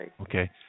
Okay